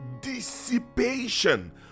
dissipation